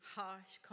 harsh